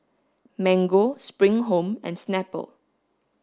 Mango Spring Home and Snapple